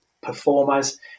performers